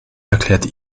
erklärt